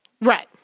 Right